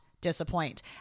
disappoint